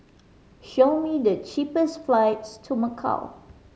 show me the cheapest flights to Macau